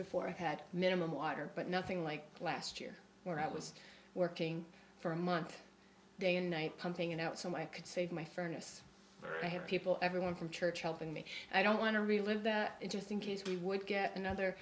before i had minimum water but nothing like last year where i was working for a month day and night pumping it out so i could save my furnace i had people everyone from church helping me i don't want to relive the interesting case we would get another